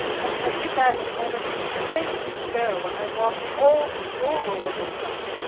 i did that in a moment of insane despair, when i had lost all control over myself.